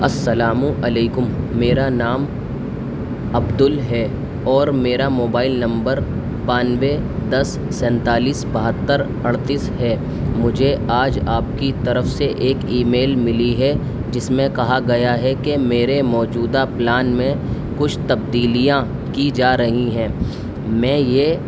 السلام علیکم میرا نام عبدل ہے اور میرا موبائل نمبر بانوے دس سینتالیس بہتر اڑتیس ہے مجھے آج آپ کی طرف سے ایک ای میل ملی ہے جس میں کہا گیا ہے کہ میرے موجودہ پلان میں کچھ تبدیلیاں کی جا رہی ہیں میں یہ